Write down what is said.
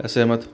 असहमत